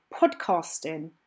podcasting